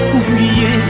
oublié